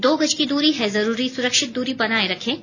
दो गज की दूरी है जरूरी सुरक्षित दूरी बनाए रखें